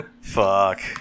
Fuck